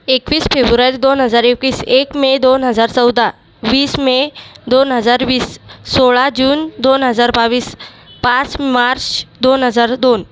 एकवीस फेब्रुवार दोन हजार एकवीस एक मे दोन हजार चौदा वीस मे दोन हजार वीस सोळा जून दोन हजार बावीस पाच मार्च दोन हजार दोन